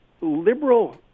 Liberal